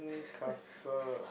the